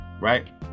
Right